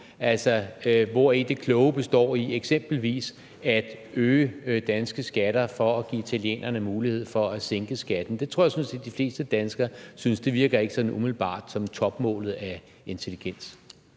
Altså, hvori det kloge består, når man eksempelvis øger danske skatter for at give italienerne mulighed for at sænke skatten, tror jeg sådan set de fleste danskere har svært ved at se, for det virker ikke sådan umiddelbart som topmålet af intelligens.